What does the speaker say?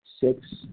six